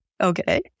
okay